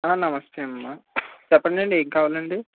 నమస్తే అమ్మా చెప్పండీ ఏం కావాలండీ